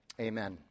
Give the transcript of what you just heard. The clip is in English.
Amen